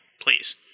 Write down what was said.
please